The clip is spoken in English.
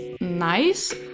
nice